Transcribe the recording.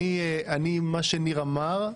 מה שניר אמר,